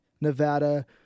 Nevada